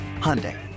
Hyundai